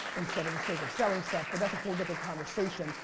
instead of the sake of selling stuff but that's a whole different conversation.